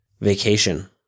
vacation